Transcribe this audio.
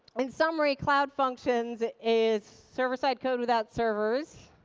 in summary cloud functions is server side code without servers,